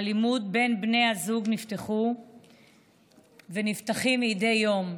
אלימות בין בני זוג נפתחו ונפתחים מדי יום,